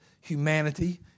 humanity